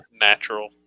Natural